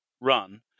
run